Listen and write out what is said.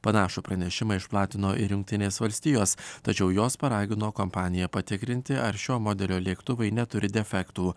panašų pranešimą išplatino ir jungtinės valstijos tačiau jos paragino kompaniją patikrinti ar šio modelio lėktuvai neturi defektų